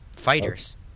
Fighters